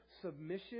submission